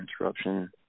Interruption